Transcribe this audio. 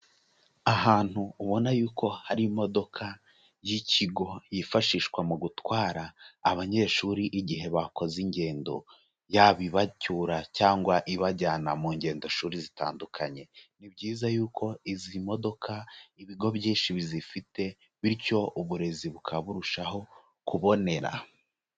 Ahantu ubona yuko hari imodoka y'ikigo yifashishwa mu gutwara abanyeshuri igihe bakoze ingendo; yaba ibacyura cyangwa ibajyana mu ngendoshuri zitandukanye. Ni byiza yuko izi modoka ibigo byinshi bizifite bityo uburezi bukaba burushaho kubonera.